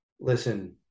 listen